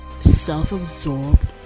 self-absorbed